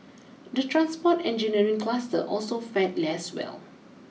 the transport engineering cluster also fared less well